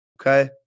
okay